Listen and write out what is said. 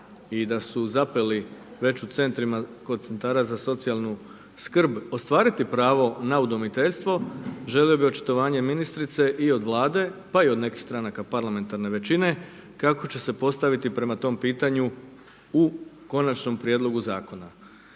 i da su zapeli već kod centara za socijalnu skrb ostvariti pravo na udomiteljstvo, želio bih očitovanje ministrice i od Vlade, pa i od nekih stranaka parlamentarne većine kako će se postaviti prema tom pitanju u Konačnom prijedlogu zakona.